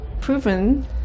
proven